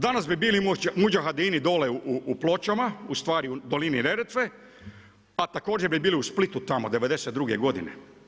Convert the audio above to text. Danas bi bili mudžahedini dolje u Pločama ustvari u dolini Neretve, a također bi bili u Splitu tamo '92. godine.